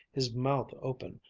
his mouth open,